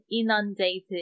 inundated